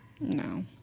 No